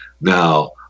Now